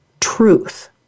truth